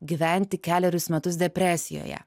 gyventi kelerius metus depresijoje